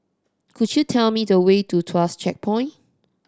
could you tell me the way to Tuas Checkpoint